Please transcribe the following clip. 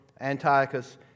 Antiochus